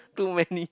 too many